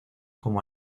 como